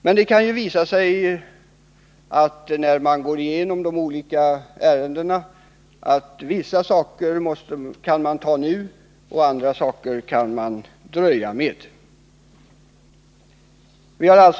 Men när man går igenom de olika ärendena kan det ju visa sig att man kan ta upp vissa saker nu och att man kan dröja med vissa andra.